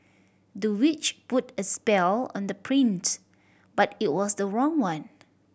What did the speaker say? the witch put a spell on the but it was the wrong one